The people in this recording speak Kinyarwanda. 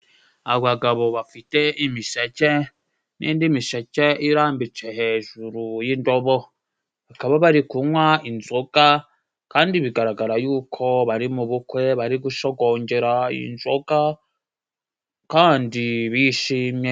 Abagabo bafite imiseke n'indi miseke irambitse hejuru y'indobo. Bakaba bari kunywa inzoga kandi bigaragara yuko bari mu bukwe, bari gusogongera inzoga kandi bishimye.